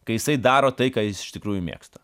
kai jisai daro tai ką jis iš tikrųjų mėgsta